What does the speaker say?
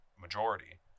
majority –